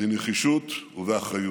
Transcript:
בנחישות ובאחריות.